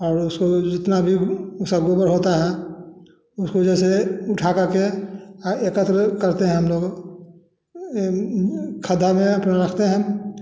और उसको जितना भी उसका गोबर होता है उसको जैसे उठा कर के ऐ एकत्र करतें है हम लोग खड्डा में फिर रखते हैं